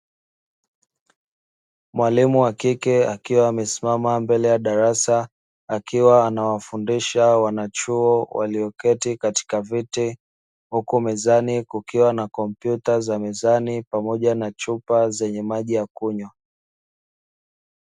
Mwalimu wa kike akiwa amesimama mbele ya darasa akiwa anawafundisha wanachuo walioketi katika viti huku mezani kukiwa na kompyuta za mezani pamoja na chupa zenye maji ya kunywa .